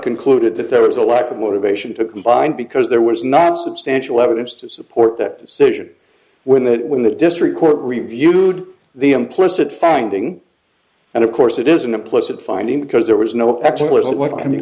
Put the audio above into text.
concluded that there was a lack of motivation to combine because there was not substantial evidence to support that decision when that when the district court reviewed the implicit finding and of course it is an implicit finding because there was no